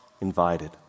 invited